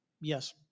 Yes